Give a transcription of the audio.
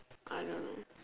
I don't know